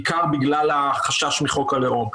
בעיקר בגלל החשש מחוק הלאום.